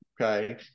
okay